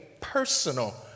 personal